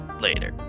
later